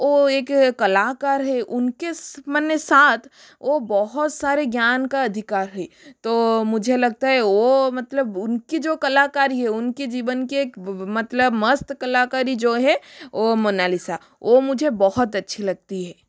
वह एक कलाकार है उन किस माने सात वह बहुत सारे ज्ञान का अधिकार है तो मुझे लगता है वह मतलब उनकी जो कलाकारी है उनके जीवन के मतलब मस्त कलाकारी जो है वह मोनालिसा वह मुझे बहुत अच्छी लगती है